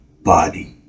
body